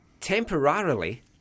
temporarily